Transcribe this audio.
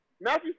Matthew